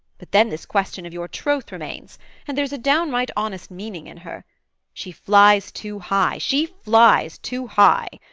but then this question of your troth remains and there's a downright honest meaning in her she flies too high, she flies too high!